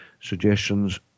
suggestions